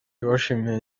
yabashimiye